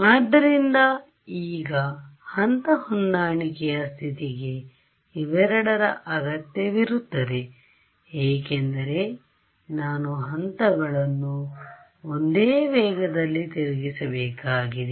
ಆದ್ದರಿಂದ ಈಗ ಹಂತ ಹೊಂದಾಣಿಕೆಯ ಸ್ಥಿತಿಗೆ ಇವೆರಡರ ಅಗತ್ಯವಿರುತ್ತದೆ ಏಕೆಂದರೆ ನಾನು ಹಂತಗಳನ್ನು ಒಂದೇ ವೇಗದಲ್ಲಿ ತಿರುಗಿಸಬೇಕಾಗಿದೆ